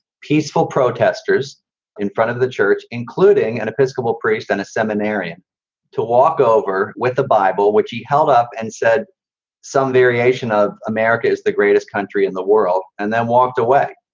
peaceful protesters in front of the church, including and a. basketball priest and a seminarian to walk over with the bible, which he held up and said some variation of america is the greatest country in the world. and then walked away.